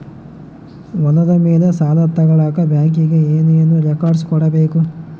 ಹೊಲದ ಮೇಲೆ ಸಾಲ ತಗಳಕ ಬ್ಯಾಂಕಿಗೆ ಏನು ಏನು ರೆಕಾರ್ಡ್ಸ್ ಕೊಡಬೇಕು?